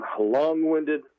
long-winded